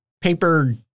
paper